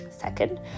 Second